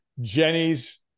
Jenny's